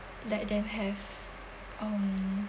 let them have um